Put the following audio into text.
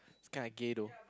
it's kinda gay though